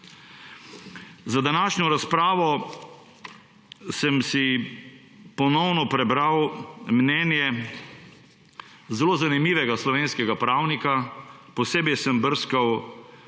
Za današnjo razpravo sem si ponovno prebral mnenje zelo zanimivega slovenskega pravnika. Posebej sem brskal po